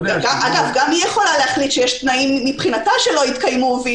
גם היא יכולה להחליט שיש תנאים מבחינתה שלא התקיימו,